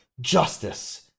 Justice